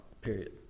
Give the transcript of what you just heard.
period